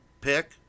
pick